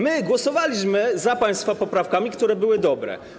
My głosowaliśmy za państwa poprawkami, które były dobre.